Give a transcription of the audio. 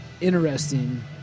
interesting